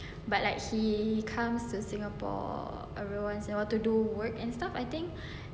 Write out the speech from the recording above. but like he comes to singapore and wants wants to do work and stuffs I think